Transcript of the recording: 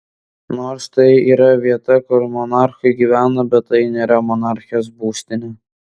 nors tai yra vieta kur monarchai gyvena bet tai nėra monarchijos būstinė